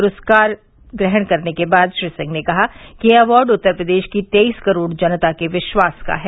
पुरस्कार ग्रहण करने के बाद श्री सिंह ने कहा कि ये अवार्ड उत्तर प्रदेश की तेईस करोड़ जनता के विश्वास का है